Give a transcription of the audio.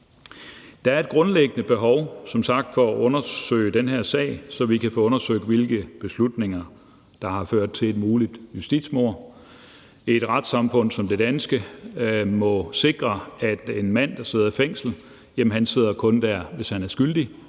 sagt et grundlæggende behov for at undersøge den her sag, så vi kan få undersøgt, hvilke beslutninger der har ført til et muligt justitsmord. Et retssamfund som det danske må sikre, at en mand, der sidder i fængsel, kun sidder der, hvis han er skyldig,